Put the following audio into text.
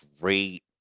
great